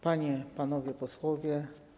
Panie, Panowie Posłowie!